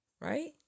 right